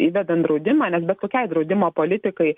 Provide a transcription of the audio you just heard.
įvedant draudimą nes bet kokiai draudimo politikai